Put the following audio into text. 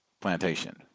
plantation